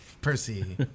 Percy